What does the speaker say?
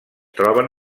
troben